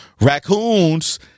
raccoons